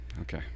Okay